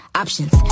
options